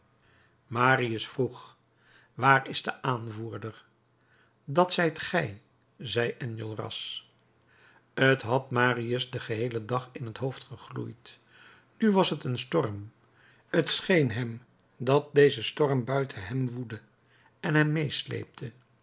marius vroeg waar is de aanvoerder dat zijt gij zei enjolras t had marius den geheelen dag in het hoofd gegloeid nu was t een storm t scheen hem dat deze storm buiten hem woedde en hem medesleepte